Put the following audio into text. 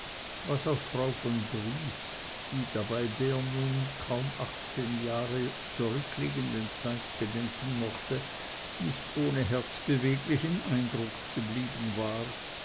was auf frau von briest die dabei der nun um kaum achtzehn jahre zurückliegenden zeit gedenken mochte nicht ohne herzbeweglichen eindruck geblieben war